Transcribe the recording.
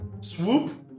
swoop